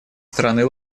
стороны